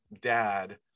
dad